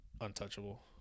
untouchable